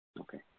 Okay